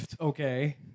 okay